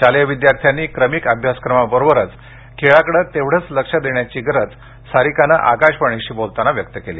शालेय विद्यार्थ्यांनी क्रमिक अभ्यासक्रमाबरोबरच खेळाकडे तेवढेच लक्ष देण्याची गरज सारिकान आकाशवाणीशी बोलताना व्यक्त केली